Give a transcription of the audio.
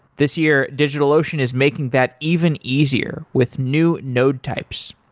this year, digitalocean is making that even easier with new node types.